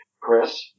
Chris